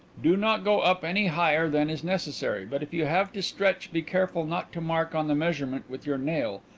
do not go up any higher than is necessary, but if you have to stretch be careful not to mark on the measurement with your nail,